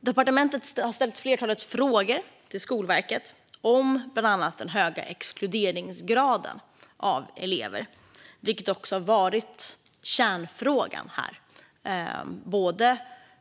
Departementet har ställt ett flertal frågor till Skolverket om bland annat den höga exkluderingsgraden av elever, vilket har varit kärnfrågan